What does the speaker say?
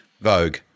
Vogue